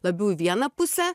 labiau į vieną pusę